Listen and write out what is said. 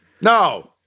No